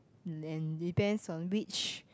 and depends on which